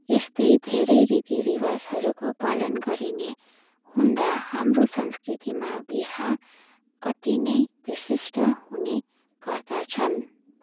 यस्तै धेरै रीतिरिवाजहरूको पालन गरिने हुँदा हाम्रो संस्कृतिमा बिहा अति नै विशिष्ट हुने गर्दछन्